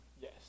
Yes